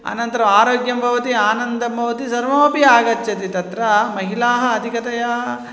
अनन्तरम् आरोग्यं भवति आनन्दं भवति सर्वमपि आगच्छति तत्र महिलाः अधिकतया